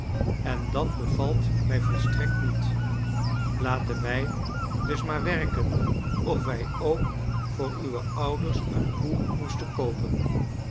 en dat bevalt mij volstrekt niet laten wij dus maar werken of wij ook voor uwe ouders een koe moesten koopen